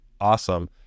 awesome